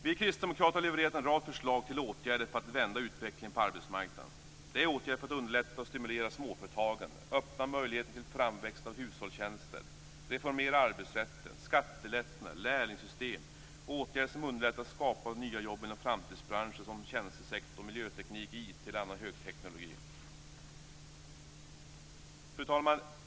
Vi kristdemokrater har levererat en rad förslag till åtgärder för att vända utvecklingen på arbetsmarknaden. Det är åtgärder som underlättar och stimulerar småföretagande och öppnar möjligheten till framväxt av hushållstjänster, reformering av arbetsrätten samt skattelättnader. Vidare vill vi införa ett lärlingssystem. Detta är åtgärder som underlättar skapandet av nya jobb inom framtidsbranscher såsom tjänstesektorn, miljötekniken, IT eller annan högteknologi. Fru talman!